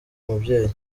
mubyeyi